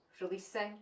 releasing